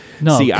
no